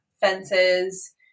fences